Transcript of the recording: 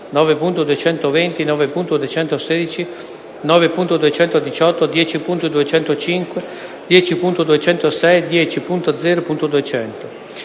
9.220, 9.216, 9.218, 10.205, 10.206 e 10.0.200.